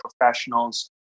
Professionals